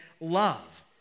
love